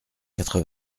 quatre